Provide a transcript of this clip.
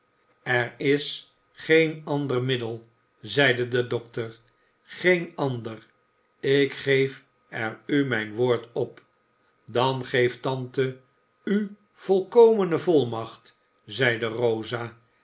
er is geen ander middel zeide de dokter geen ander ik geef er u mijn woord op dan geeft tante u volkomene volmacht zeide rosa